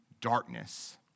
darkness